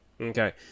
Okay